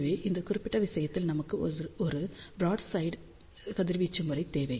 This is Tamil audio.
எனவே இந்த குறிப்பிட்ட விஷயத்தில் நமக்கு ஒரு ப்ராட்சைட் கதிர்வீச்சு முறை தேவை